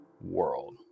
world